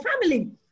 family